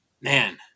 man